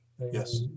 yes